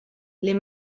les